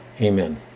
Amen